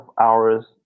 hours